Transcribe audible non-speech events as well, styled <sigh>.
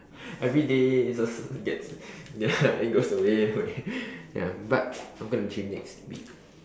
everyday it just get ya <laughs> it goes away ya but I'm going to gym next week